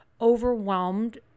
overwhelmed